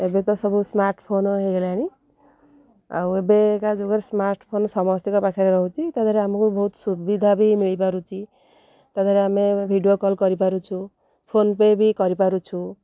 ଏବେ ତ ସବୁ ସ୍ମାର୍ଟ ଫୋନ୍ ହେଇଗଲାଣି ଆଉ ଏବେକା ଯୁଗରେ ସ୍ମାର୍ଟ ଫୋନ୍ ସମସ୍ତିଙ୍କ ପାଖରେ ରହୁଛି ତା'ଦେହେରେ ଆମକୁ ବହୁତ ସୁବିଧା ବି ମିଳିପାରୁଛି ତା'ଦେହେରେ ଆମେ ଭିଡ଼ିଓ କଲ୍ କରିପାରୁଛୁ ଫୋନ୍ ପେ ବି କରିପାରୁଛୁ